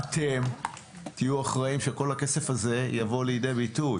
אתם תהיו אחראים שכל הכסף הזה יבוא לידי ביטוי